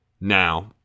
now